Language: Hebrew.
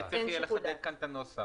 צריך לחדד כאן את הנוסח.